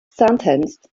sentenced